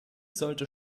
sollte